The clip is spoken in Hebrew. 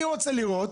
אני רוצה לראות